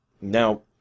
Now